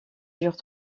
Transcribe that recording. durent